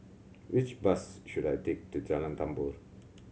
which bus should I take to Jalan Tambur